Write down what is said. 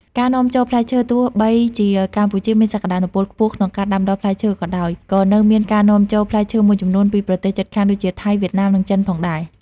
ការនាំចូលផ្លែឈើទោះបីជាកម្ពុជាមានសក្តានុពលខ្ពស់ក្នុងការដាំដុះផ្លែឈើក៏ដោយ ក៏នៅមានការនាំចូលផ្លែឈើមួយចំនួនពីប្រទេសជិតខាងដូចជា ថៃ វៀតណាម និង ចិន ផងដែរ។